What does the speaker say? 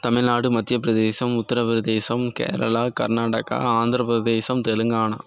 Tamil Nadu Madhya Pradesh Uttar Pradesh Kerala Karnataka Andhra Pradesh Telangana